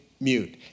mute